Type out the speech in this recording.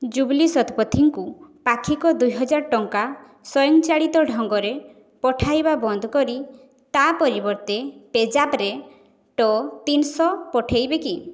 ଜୁବ୍ଲି ଶତପଥୀଙ୍କୁ ପାକ୍ଷିକ ଦୁଇହଜାରେ ଟଙ୍କା ସ୍ୱୟଂ ଚାଳିତ ଢଙ୍ଗରେ ପଠାଇବା ବନ୍ଦ କରି ତା' ପରିବର୍ତ୍ତେ ପେଜାପ୍ରେ ଟ ତିନିଶହ ପଠାଇବେ କି